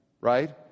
right